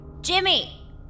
Jimmy